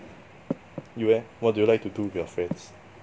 you leh what do you like to do with your friends